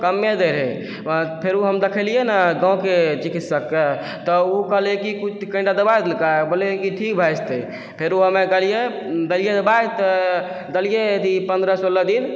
दूधो कमे दै रहै फेरो हम देखेलियै ने गाँवके चिकित्सकके तऽ ओ कहलकै कि कनीटा दबाइ देलकै बोललकै ठीक भए जेतै फेरो हमे गेलियै देलियै दबाइ तऽ देलियै अथी पन्द्रह सोलह दिन